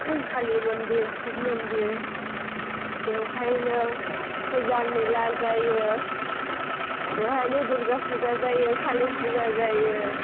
कालि मन्दिर शिब मन्दिर बेवहायनो फुजा मेला जायो बेवहायनो दुर्गा फुजा जायो खालि फुजा जायो